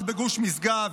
רק בגוש משגב,